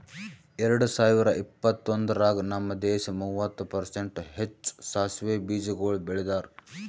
ಎರಡ ಸಾವಿರ ಇಪ್ಪತ್ತೊಂದರಾಗ್ ನಮ್ ದೇಶ ಮೂವತ್ತು ಪರ್ಸೆಂಟ್ ಹೆಚ್ಚು ಸಾಸವೆ ಬೀಜಗೊಳ್ ಬೆಳದಾರ್